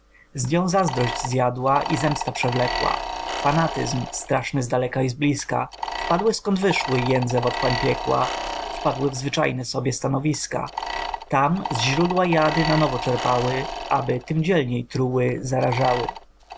zazdrość zjadła i zemsta przewlekła fanatyzm straszny zdaleka i zbliska wpadły zkąd wyszły jędze w otchłań piekła wpadły w zwyczajne sobie stanowiska tam z źródła jady nanowo czerpały aby tym dzielniej truły zarażały